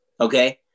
Okay